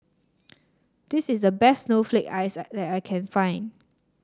this is the best Snowflake Ice that I can find